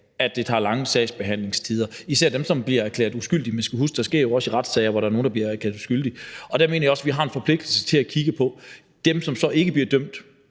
anklaget, at sagsbehandlingstiderne er lange, især for dem, der bliver erklæret uskyldige. Man skal huske, at der i retssager også er nogle, der bliver erklæret uskyldige. Der mener jeg også, vi har en forpligtelse til at kigge på dem, som så ikke bliver dømt,